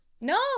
No